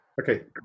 okay